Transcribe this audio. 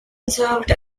served